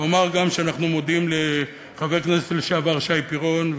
אומר גם שאנחנו מודים לחברי הכנסת לשעבר שי פירון,